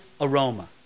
aroma